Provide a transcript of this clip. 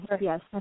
Yes